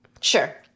Sure